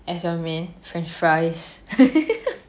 as your main french fries